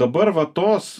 dabar va tos